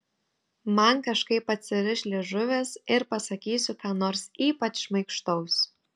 man kažkaip atsiriš liežuvis ir pasakysiu ką nors ypač šmaikštaus